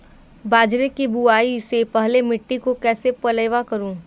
बाजरे की बुआई से पहले मिट्टी को कैसे पलेवा करूं?